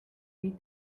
read